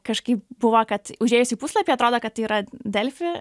kažkaip buvo kad užėjus į puslapį atrodo kad tai yra delfi